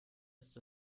ist